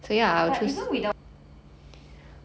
but even without